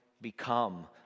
become